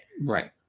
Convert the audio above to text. Right